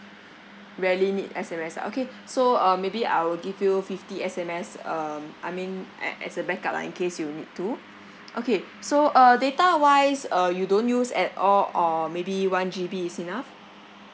rarely need S_M_S ah okay so uh maybe I'll give you fifty S_M_S um I mean a~ as a back up lah in case you need to okay so uh data wise uh you don't use at all or maybe one G_B is enough